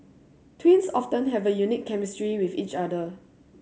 twins often have a unique chemistry with each other